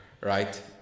right